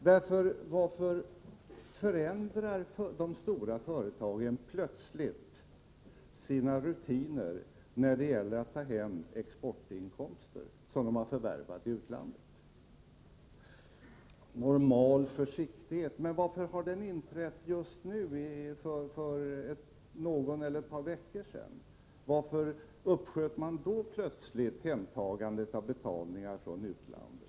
Varför förändrar de stora företagen plötsligt sina rutiner när det gäller att ta hem exportinkomster som de har förvärvat i utlandet? Varför inträdde ”normal försiktighet” först för ett par veckor sedan? Varför uppsköt man då plötsligt hemtagandet av valutor från utlandet?